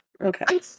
Okay